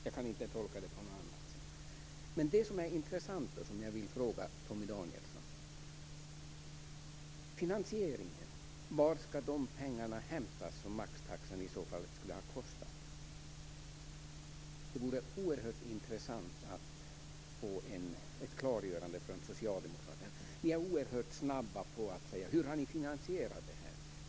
Jag kan inte tolka det på något annat sätt. Det som är intressant och som jag vill fråga Torgny Danielsson är: Varifrån skulle pengarna till finansieringen ha hämtats för vad maxtaxan skulle ha kostat? Det vore oerhört intressant att få ett klargörande från socialdemokraterna. Ni är oerhört snabba att fråga: Hur har ni finansierat det här?